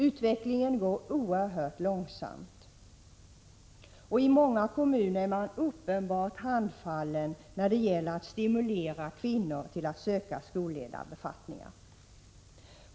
Utvecklingen går oerhört långsamt, och i många kommuner är man uppenbart handfallen när det gäller att stimulera kvinnor till att söka till skolledarbefattningar.